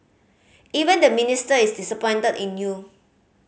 even the Minister is disappointed in you